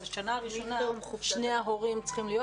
אבל שנה ראשונה שני ההורים צריכים להיות